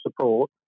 support